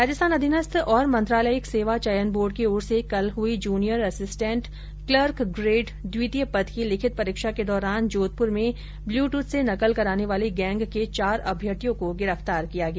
राजस्थान अधीनस्थ औरं मंत्रालयिक सेवा चयन बोर्ड की ओर से कल हई जुनियर असिस्टेंट क्लर्क ग्रेड द्वितीय पद की लिखित परीक्षा के दौरान जोधप्र में ब्लूट्थ से नकल कराने वाली गैंग के चार अभ्यर्थियों को गिरफ्तार किया गया